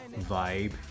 vibe